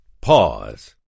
pause